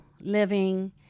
living